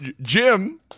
jim